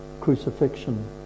crucifixion